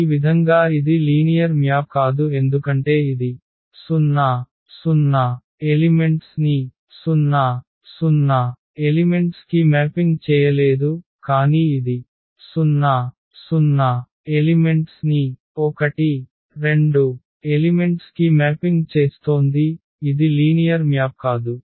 ఈ విధంగా ఇది లీనియర్ మ్యాప్ కాదు ఎందుకంటే ఇది 00 ఎలిమెంట్స్ ని 00 ఎలిమెంట్స్ కి మ్యాపింగ్ చేయలేదు కానీ ఇది 00 ఎలిమెంట్స్ ని 12 ఎలిమెంట్స్ కి మ్యాపింగ్ చేస్తోంది ఇది లీనియర్ మ్యాప్ కాదు